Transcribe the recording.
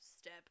step